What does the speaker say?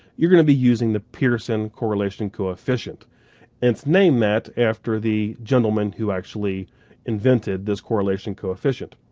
you're going to be using the pearson correlation coefficient and it's named that after the gentleman who actually invented this correlation coefficient.